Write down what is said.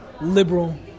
liberal